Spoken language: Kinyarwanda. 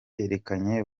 yerekanye